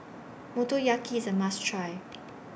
Motoyaki IS A must Try